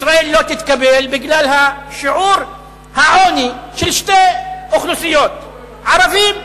ישראל לא תתקבל בגלל שיעור העוני של שתי אוכלוסיות: ערבים וחרדים,